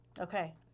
Okay